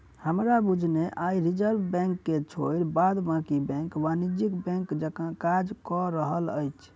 हमरा बुझने आइ रिजर्व बैंक के छोइड़ बाद बाँकी बैंक वाणिज्यिक बैंक जकाँ काज कअ रहल अछि